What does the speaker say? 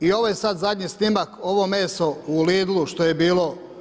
I ovdje je sad zadnji snimak, ovo meso u Lidlu što je bilo.